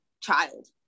child